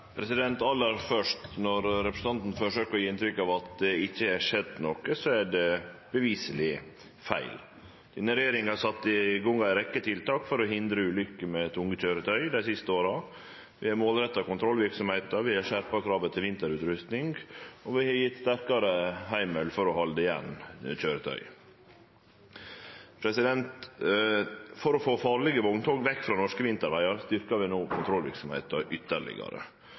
ikkje er skjedd noko, er det beviseleg feil. Denne regjeringa har sett i gang ei rekkje tiltak for å hindre ulykker med tunge køyretøy dei siste åra. Vi har målretta kontrollverksemda, vi har skjerpa kravet til vinterutrusting, og vi har gjeve sterkare heimel for å halde igjen køyretøy. For å få farlege vogntog vekk frå norske vintervegar styrkjer vi no kontrollverksemda ytterlegare